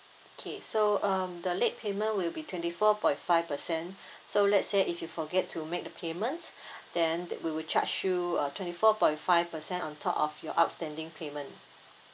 okay so um the late payment will be twenty four point five percent so let say if you forget to make the payment then we will charge you uh twenty four point five percent on top of your outstanding payment